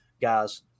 guys